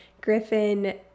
Griffin